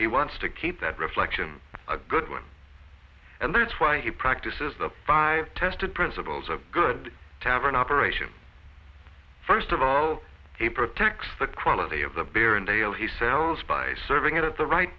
he wants to keep that reflection a good one and that's why he practices the five tested principles of good tavern operation first of all a protects the quality of the beer and ale he sells by serving it at the right